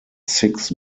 six